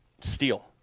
steel